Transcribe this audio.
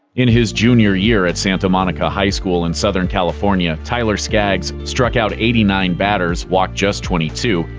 in his junior year at santa monica high school in southern california, tyler skaggs struck out eighty nine batters, walked just twenty two,